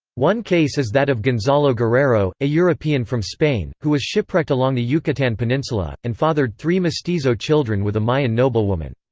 one case is that of gonzalo guerrero, a european from spain, who was shipwrecked along the yucatan peninsula, and fathered three mestizo children with a mayan noblewoman.